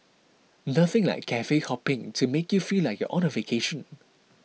nothing like cafe hopping to make you feel like you're on a vacation